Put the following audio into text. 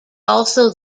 also